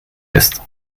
ist